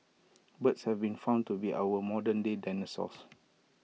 birds have been found to be our modernday dinosaurs